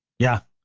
yeah.